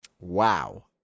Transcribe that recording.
Wow